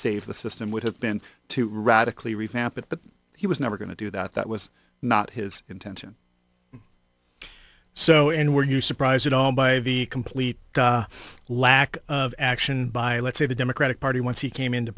saved the system would have been to radically revamp it but he was never going to do that that was not his intention so and were you surprised at all by the complete lack of action by let's say the democratic party once he came into